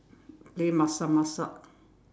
play masak-masak